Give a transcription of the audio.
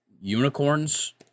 unicorns